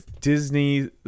Disney